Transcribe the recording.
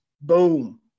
boom